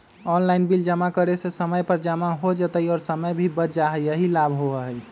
Online bill जमा करे से समय पर जमा हो जतई और समय भी बच जाहई यही लाभ होहई?